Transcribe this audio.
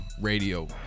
radio